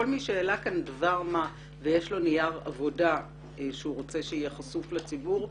כל מי שהעלה כאן דבר מה ויש לו נייר עבודה שהוא רוצה שיהיה חשוף לציבור,